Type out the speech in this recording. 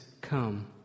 come